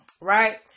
right